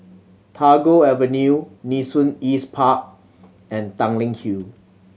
Tagore Avenue Nee Soon East Park and Tanglin Hill